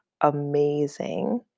amazing